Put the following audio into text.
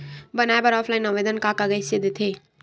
बनाये बर ऑफलाइन आवेदन का कइसे दे थे?